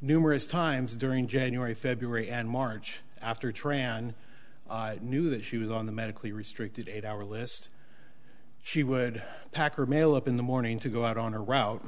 numerous times during january february and march after tran knew that she was on the medically restricted eight hour list she would pack her mail up in the morning to go out on a route